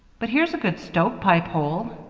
but here's a good stovepipe hole,